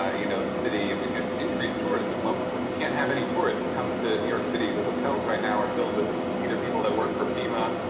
ah you know, the city and we need to increase tourism. well, you can't have any tourists coming to new york city. the hotels right now are filled with either people that work for fema,